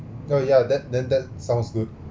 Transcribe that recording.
oh ya that then that sounds good